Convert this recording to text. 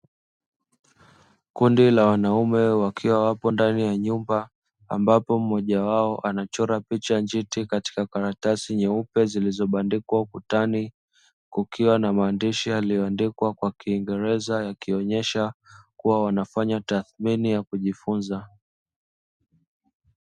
Kundi la wanaume wakiwa wapo ndani ya nyumba, ambapo mmoja wao anachora picha ya njiti katika karatasi nyeupe zilizobandikwa ukutani, kukiwa na maandishi yaliyoandikwa kwa Kiingereza yakionyesha kuwa wanafanya tathmini ya kujifunza.